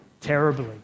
terribly